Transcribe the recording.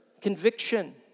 conviction